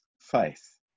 faith